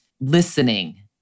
listening